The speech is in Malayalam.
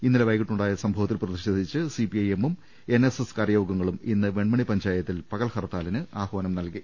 ഇന്നലെ വൈകീ ട്ടുണ്ടായ സംഭവത്തിൽ പ്രതിഷേധിച്ച് സിപിഐഎമ്മും എൻഎസ് എസ് കരയോഗങ്ങളും ഇന്ന് വെണ്മണി പഞ്ചായത്തിൽ പകൽ ഹർത്താലിന് ആഹ്വാനം ചെയ്തു